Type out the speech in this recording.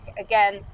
again